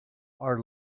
are